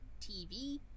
TV